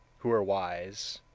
who are wise,